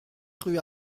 rue